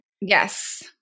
Yes